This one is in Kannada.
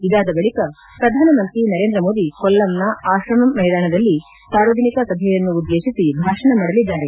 ಇದಾದ ಬಳಕ ಪ್ರಧಾನಮಂತ್ರಿ ನರೇಂದ್ರ ಮೋದಿ ಕೊಲ್ಲಂನ ಆಶ್ರಮಮ್ ಮೈದಾನದಲ್ಲ ಸಾರ್ವಜನಿಕ ಸಭೆಯನ್ನುದ್ದೇಶಿಸಿ ಭಾಷಣ ಮಾಡಅದ್ದಾರೆ